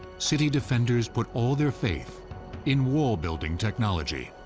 city defenders put all their faith in wall-building technology.